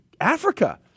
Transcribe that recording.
Africa